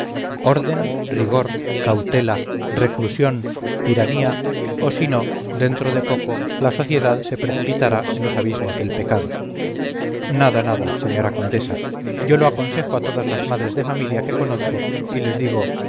orden rigor cautela reclusión tiranía o si no dentro de poco la sociedad se precipitará en los abismos del pecado nada nada señora condesa yo lo aconsejo a todas las madres de familia que conozco y les digo